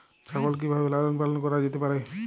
ছাগল কি ভাবে লালন পালন করা যেতে পারে?